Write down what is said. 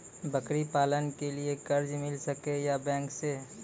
बकरी पालन के लिए कर्ज मिल सके या बैंक से?